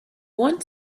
want